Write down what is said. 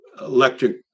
electric